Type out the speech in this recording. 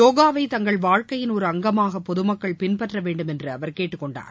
போகாவை தங்கள் வாழ்க்கையின் ஒரு அங்கமாக பொதுமக்கள் பின்பற்ற வேண்டும் என்று அவர் கேட்டுக் கொண்டார்